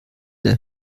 der